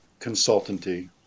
consultancy